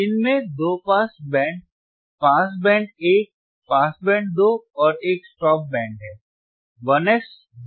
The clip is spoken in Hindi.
इसमें दो पास बैंड पास बैंड एक पास बैंड दो और एक स्टॉप बैंड है 1S 1P 2P